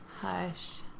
Hush